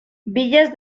villas